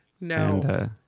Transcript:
no